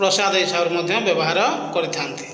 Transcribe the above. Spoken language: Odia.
ପ୍ରସାଦ ହିସାବରେ ମଧ୍ୟ ବ୍ୟବହାର କରିଥାନ୍ତି